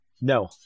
No